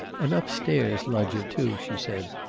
an upstairs loggia, too, she said.